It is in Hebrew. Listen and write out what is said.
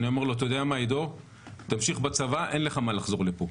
ואני אומר לו שימשיך בצבא כי אין לו מה לחזור לפה.